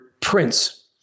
prince